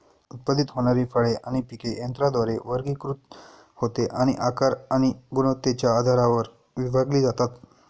उत्पादित होणारी फळे आणि पिके यंत्राद्वारे वर्गीकृत होते आणि आकार आणि गुणवत्तेच्या आधारावर विभागली जातात